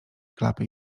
klapy